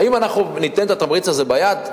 האם אנחנו ניתן את התמריץ הזה ביד?